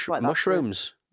Mushrooms